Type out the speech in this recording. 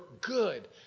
good